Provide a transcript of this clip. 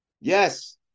Yes